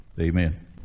Amen